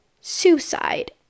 suicide